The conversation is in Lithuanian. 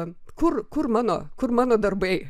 ten kur kur mano kur mano darbai